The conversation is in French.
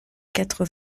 quatre